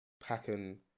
packing